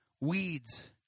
Weeds